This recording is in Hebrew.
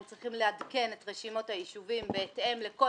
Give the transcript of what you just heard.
הם צריכים לעדכן את רשימות היישובים בהתאם לכל